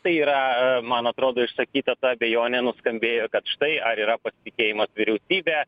tai yra man atrodo išsakyta ta abejonė nuskambėjo kad štai ar yra pasitikėjimas vyriausybe